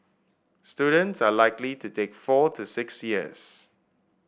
students are likely to take four to six years